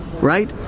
Right